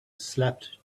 slept